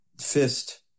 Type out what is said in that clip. fist